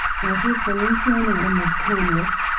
as referring to an item of commerce,